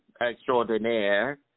extraordinaire